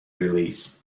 release